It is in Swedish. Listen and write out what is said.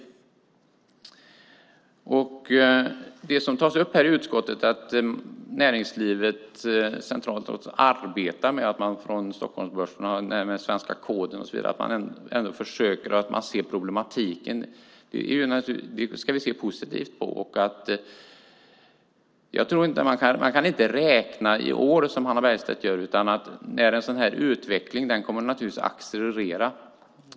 Det framgår i utskottsbetänkandet att näringslivet centralt arbetar i enlighet med Svensk kod och enligt noteringskraven på Stockholmsbörsen. De ser problemet. Det ska vi se positivt på. Man kan inte räkna i antal år, som Hannah Bergstedt gör. En sådan här utveckling kommer naturligtvis att accelerera.